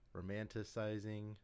romanticizing